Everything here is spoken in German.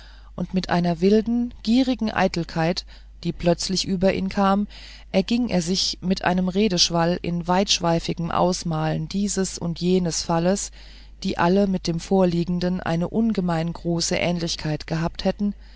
und mit einer wilden gierigen eitelkeit die plötzlich über ihn kam erging er sich mit einem redeschwall in weitschweifigem ausmalen dieses und jenes falles die alle mit dem vorliegenden eine ungemein große ähnlichkeit gehabt hätten